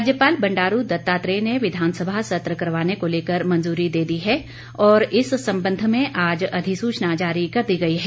राज्यपाल बंडारू दत्तात्रेय ने विधानसभा सत्र करवाने को लेकर मंजूरी दे दी है और इस संबंध में आज अधिसूचना जारी कर दी गई है